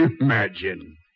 Imagine